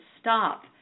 stop